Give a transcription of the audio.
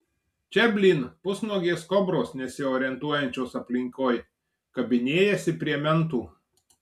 čia blyn pusnuogės kobros nesiorientuojančios aplinkoj kabinėjasi prie mentų